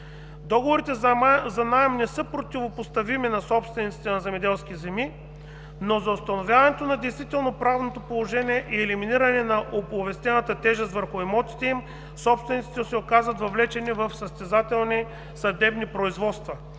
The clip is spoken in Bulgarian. Договорите за наем не са противопоставими на собствениците на земеделски земи, но за възстановяване на действително правното положение и елиминиране на оповестената тежест върху имотите им собствениците се оказват въвлечени в състезателни съдебни производства